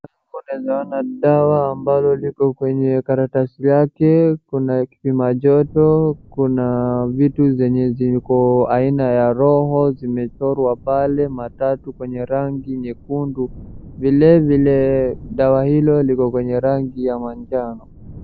Pale naona dawa ambalo liko kwenye karatasi yake, kuna kipima joto, kuna vitu zenye ziko aina ya roho zimechorwa pale matatu kwenye rangi nyekundu. Vilevile dawa hilo liko kwenye rangi ya manjano.